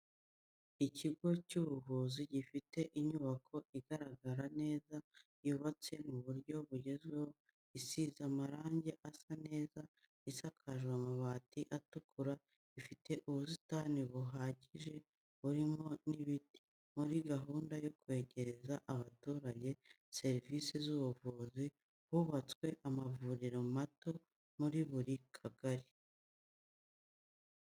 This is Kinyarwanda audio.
Ikigo cy'ubuvuzi gifite inyubako igaragara neza yubatse mu buryo bugezweho isize amarange asa neza isakajwe amabati atukura, ifite ubusitani buhagije, burimo n'ibiti, muri gahunda yo kwegereza abaturage serivisi z'ubuvuzi hubatswe amavuriro mato muri buri kagari.